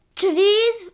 trees